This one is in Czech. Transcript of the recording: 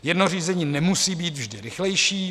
Jedno řízení nemusí být vždy rychlejší.